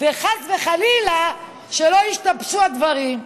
וחס וחלילה שלא ישתבשו הדברים?